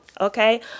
okay